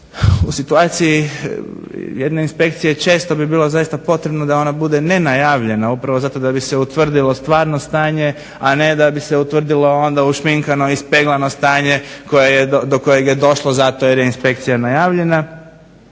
u situaciji jedne inspekcije često bi bilo potrebno da ona bude nenajavljena upravo zato da bi se utvrdilo stvarno stanje, a ne da bi se utvrdilo ušminkano, ispeglano stanje do kojeg je došlo zato jer je inspekcija najavljena.